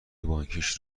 بانکیش